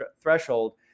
Threshold